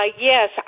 Yes